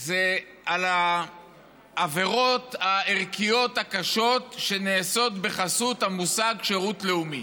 זה על העבירות הערכיות הקשות שנעשות בחסות המושג "שירות לאומי".